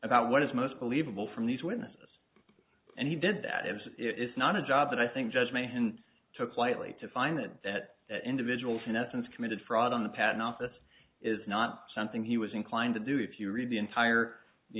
about what is most believable from these witnesses and he did that as it's not a job that i think judge my hand took lightly to find that that individual senescence committed fraud on the patent office is not something he was inclined to do if you read the entire the